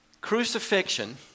crucifixion